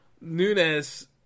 Nunez